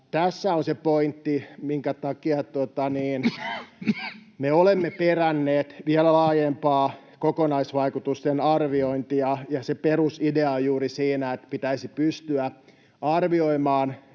tässä on se pointti, minkä takia me olemme peränneet vielä laajempaa kokonaisvaikutusten arviointia. Perusidea on juuri siinä, että pitäisi pystyä arvioimaan